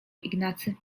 ignacy